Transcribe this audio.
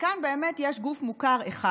וכאן באמת יש גוף מוכר אחד.